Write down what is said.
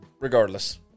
Regardless